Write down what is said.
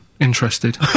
interested